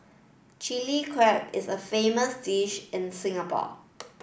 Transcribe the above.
Chilli Crab is a famous dish in Singapore